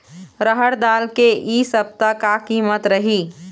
रहड़ दाल के इ सप्ता का कीमत रही?